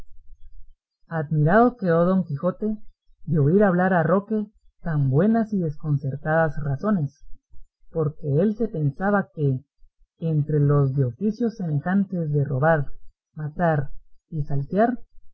seguro admirado quedó don quijote de oír hablar a roque tan buenas y concertadas razones porque él se pensaba que entre los de oficios semejantes de robar matar y saltear